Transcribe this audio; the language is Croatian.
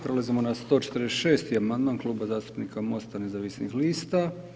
Prelazimo na 146. amandman Kluba zastupnika MOST-a nezavisnih lista.